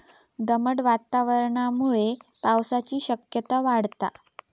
दमट वातावरणामुळे पावसाची शक्यता वाढता